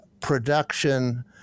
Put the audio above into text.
production